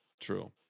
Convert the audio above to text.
true